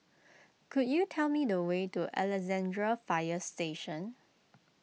could you tell me the way to Alexandra Fire Station